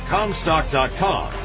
Comstock.com